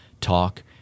talk